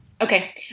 Okay